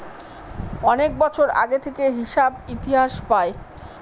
অনেক বছর আগে থেকে হিসাব ইতিহাস পায়